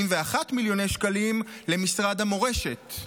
71 מיליון שקלים למשרד המורשת.